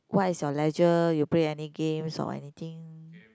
what is your leisure you play any games or anything